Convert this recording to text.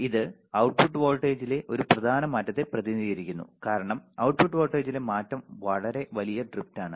ഇത് output വോൾട്ടേജിലെ ഒരു പ്രധാന മാറ്റത്തെ പ്രതിനിധീകരിക്കുന്നു കാരണം output വോൾട്ടേജിലെ മാറ്റം വളരെ വലിയ ഡ്രിഫ്റ്റാണ്